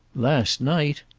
last night!